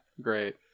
Great